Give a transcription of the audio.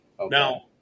Now